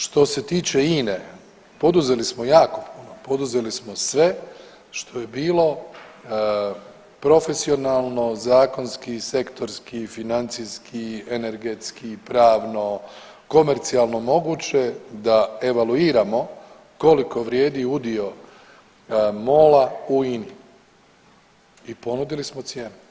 Što se tiče INA-e poduzeli smo jako puno, poduzeli smo sve što je bilo profesionalno, zakonski, sektorski, financijski, energetski, pravno komercijalno moguće da evaluiramo koliko vrijedi udio MOL-a u INA-i i ponudili smo cijenu.